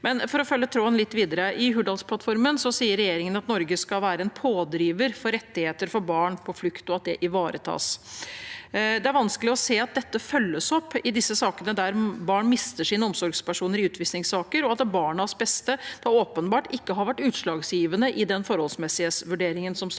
i. For å følge tråden litt videre: I Hurdalsplattformen sier regjeringen at Norge skal være en pådriver for rettigheter for barn på flukt, og at det ivaretas. Det er vanskelig å se at dette følges opp i disse sakene, der barn mister sine omsorgspersoner i utvisningssaker, og at barnas beste åpenbart ikke har vært utslagsgivende i den forholdsmessighetsvurderingen som statsråden